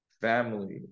family